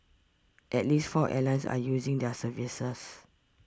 at least four airlines are using their services